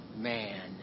man